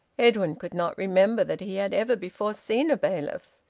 edwin could not remember that he had ever before seen a bailiff.